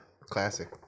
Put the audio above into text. Classic